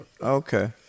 Okay